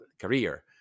career